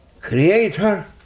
Creator